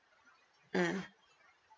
mm